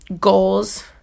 goals